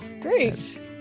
great